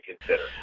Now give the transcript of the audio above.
consider